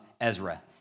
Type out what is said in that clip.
Ezra